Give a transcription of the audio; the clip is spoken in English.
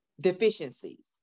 deficiencies